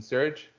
Surge